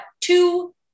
two